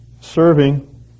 serving